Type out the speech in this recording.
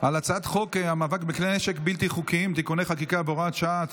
על הצעת חוק המאבק בכלי נשק בלתי חוקיים (תיקוני חקיקה) (הוראת שעה),